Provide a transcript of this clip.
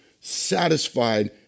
satisfied